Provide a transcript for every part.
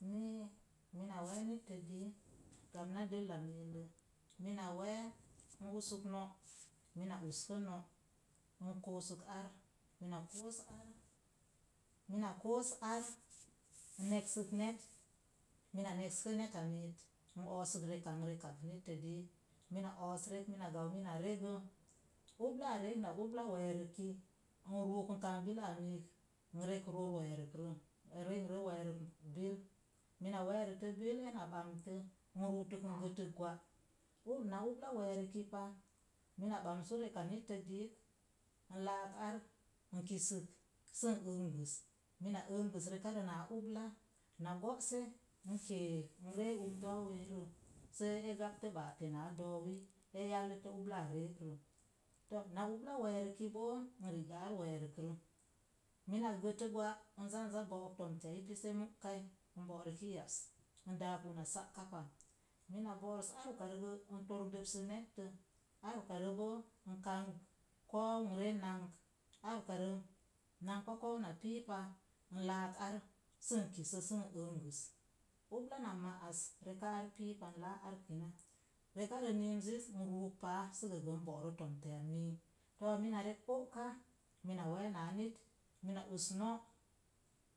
Mii, mina wee nittə dii, damna dəl la miilə, mina wee, n usək no, mina usa no, n koosək ar, mina koos ar, mina koos ar, n neksək net, mina nekskə neta miit, n oosək reka n rekat nittə dii, mina oos rek mina gau mina regə, ublaa reek na ubla weerək ki, n ruk n kank bilaa miik, n rek ror weerərə, n re n weerək bil. Mina weerəta bil, ena bamtə n ruutək n gətək gwa. Na ubla weerək ki pa, mina bamskə reka nittə diik n laak ar n kisək, sən engəs, mina engəs rikarə naa ubla, na go'se n kee n ree un doweirə, see e gaptə ba'te naa doowi, e yallətə ubla reek rə. To na ubla weerəki boo n rigə ar weeək rə. Mini gətə gwa n n za n go'ok tomte a i pise mu'kai, n bo'rəki yas n daak uná sa'ka pa. Mina bo'rəs ar ukarə gə n torək dəpsək netta. Ar ukarə boo, n kank koou n ree nank, ar ukarə nangba koou na piipa, n laak ar sən kisə sən engəs. Ubla na ma'as, reka ar piipa n laa ar kina, rekərə nimzəz, n ruuk paa sə gə gə n bo'rə tomte a mii. Too mina rek o'ka, mina wee naa nit, muna us no,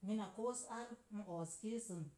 mina koos ar n oos kiisəm